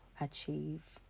achieve